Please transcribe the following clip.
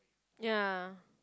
ya